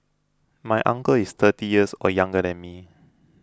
my uncle is thirty years or younger than me